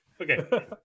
Okay